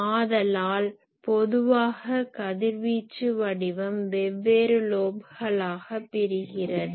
ஆதலால் பொதுவாக கதிர்வீச்சு வடிவம் வெவ்வேறு லோப்களாக பிரிகிறது